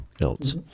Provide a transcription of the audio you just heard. else